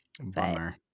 Bummer